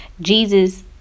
Jesus